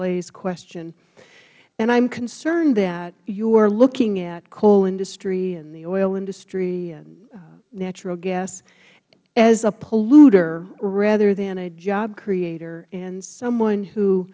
is question and i am concerned that you are looking at coal industry and the oil industry and natural gas as a polluter rather than a job creator and someone who